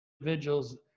individuals